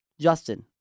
Justin